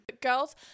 girls